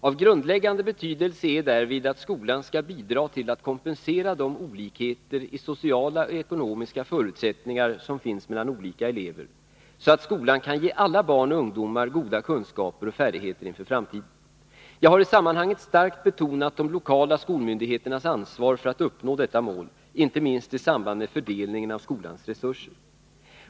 Av grundläggande betydelse är därvid att skolan skall bidra till att kompensera de olikheter i sociala och ekonomiska förutsättningar som finns mellan olika elever, så att skolan kan ge alla barn och ungdomar goda kunskaper och färdigheter inför framtiden. Jag har i sammanhanget starkt betonat de lokala skolmyndigheternas ansvar för att uppnå detta mål, inte minst i samband med fördelningen av skolans tesurser.